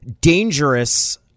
dangerous